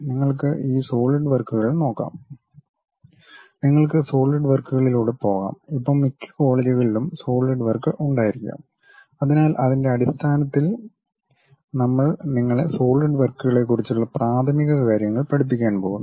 നിങ്ങൾക്ക് ഈ സോളിഡ് വർക്കുകൾ നോക്കാം നിങ്ങൾക്ക് സോളിഡ് വർക്കുകളിലൂടെ പോകാം ഇപ്പോ മിക്ക കോളേജുകളിലും സോളിഡ് വർക്ക് ഉണ്ടായിരിക്കാം അതിനാൽ അതിന്റെ അടിസ്ഥാനത്തിൽ നമ്മൾ നിങ്ങളെ സോളിഡ് വർക്കുകളെക്കുറിച്ചുള്ള പ്രാഥമിക കാര്യങ്ങൾ പഠിപ്പിക്കാൻ പോകുന്നു